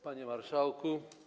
Panie Marszałku!